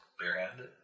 barehanded